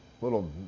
little